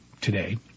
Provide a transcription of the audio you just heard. today